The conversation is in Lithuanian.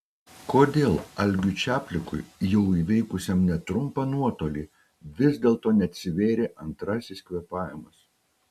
kodėl algiui čaplikui jau įveikusiam netrumpą nuotolį vis dėlto neatsivėrė antrasis kvėpavimas